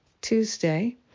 Tuesday